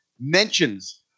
mentions